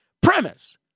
premise